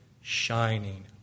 shining